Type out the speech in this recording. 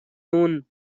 noon